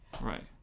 Right